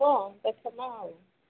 ହଉ ଦେଖିବା ଆଉ